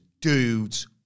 dudes